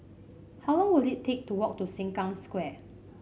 how long will it take to walk to Sengkang Square